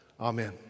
Amen